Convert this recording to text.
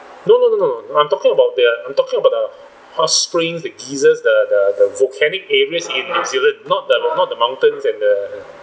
no no no no I'm talking about their I'm talking about the hot springs the geysers the the the volcanic areas in new zealand not the not the mountains and the